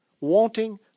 Wanting